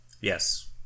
Yes